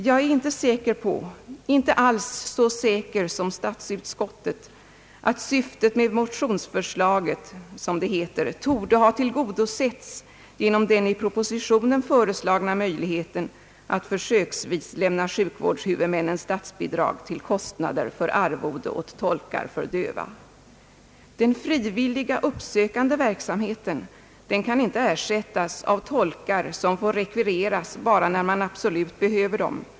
Jag är inte alls så säker som statsutskottet på att syftet med motionsförslaget »torde ha blivit tillgodosett genom den i propositionen föreslagna möjligheten att försöksvis lämna sjukvårdshuvudmännen statsbidrag till kostnader för arvode åt tolkar för döva». Den frivilliga uppsökande verksamheten kan inte ersättas av tolkar som får rekvireras bara när man absolut behöver dem.